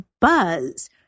buzz